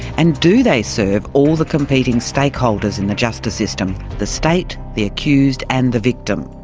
and do they serve all the competing stakeholders in the justice system, the state, the accused and the victim?